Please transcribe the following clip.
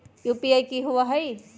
UPI कि होअ हई?